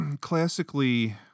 classically